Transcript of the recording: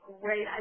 great